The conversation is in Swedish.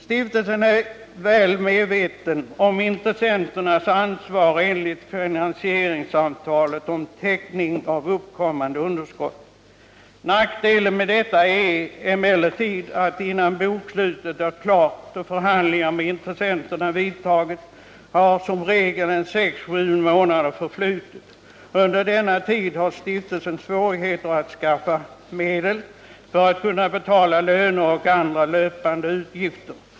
Stiftelsen är väl medveten om intressenternas ansvar enligt finansieringsavtalet om täckning av uppkommande underskott. Nackdelen med detta är emellertid att innan bokslutet är klart och förhandlingar med intressenterna vidtagits har som regel sex sju månader förflutit. Under denna tid har stiftelsen svårigheter att skaffa medel för att kunna betala löner och täcka andra löpande utgifter.